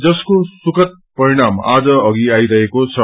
जसको सुखद परिणाम आज अघि आइरहेको छ